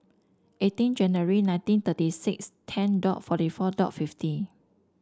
eighteen January nineteen thirty six ten dot forty four dot fifty